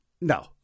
No